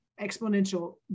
exponential